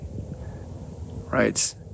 right